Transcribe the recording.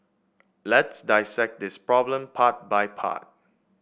let's dissect this problem part by part